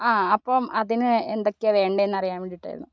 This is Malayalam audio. ആ അപ്പം അതിന് എന്തൊക്കെയാണ് വേണ്ടത് എന്നറിയാൻ വേണ്ടിയിട്ടായിരുന്നു